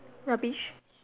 rubbish